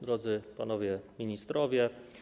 Drodzy Panowie Ministrowie!